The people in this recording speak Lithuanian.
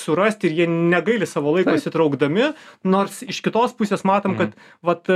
surasti ir jie negaili savo laiko įsitraukdami nors iš kitos pusės matom kad vat